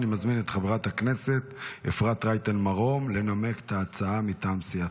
אני מזמין את חברת הכנסת אפרת רייטן מרום לנמק את ההצעה מטעם סיעתה.